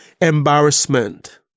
embarrassment